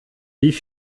wie